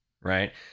right